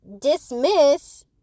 dismiss